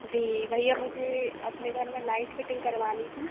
जी भैया मुझे अपने घर में लाइट फ़िटिंग करवानी थी